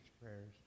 prayers